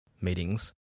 meetings